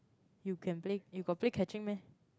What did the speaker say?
you can play you got play catching meh